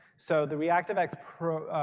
so the reactivex